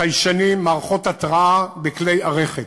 חיישנים, מערכות התרעה בכלי הרכב.